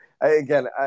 Again